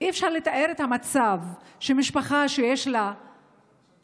אי-אפשר לתאר את המצב שמשפחה שיש לה נפטר